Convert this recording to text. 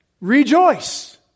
Rejoice